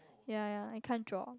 yea yea I can't draw